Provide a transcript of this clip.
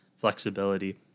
flexibility